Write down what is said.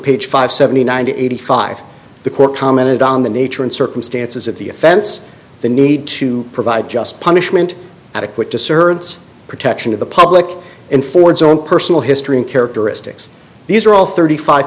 page five seventy nine to eighty five the court commented on the nature and circumstances of the offense the need to provide just punishment adequate to serve its protection of the public and for its own personal history and characteristics these are all thirty five